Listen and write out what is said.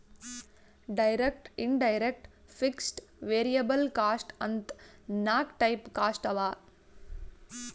direct, indirect, fixed, variable cost ಅಂತ್ ನಾಕ್ type cost ಅವಾ